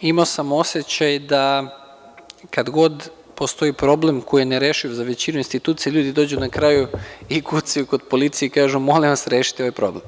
imao sam osećaj da, kada god postoji problem koji je ne rešiv za većinu institucija, ljudi dođu na kraju i kucaju kod policije i kažu – molim vas, rešite ovaj problem.